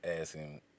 asking